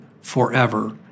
forever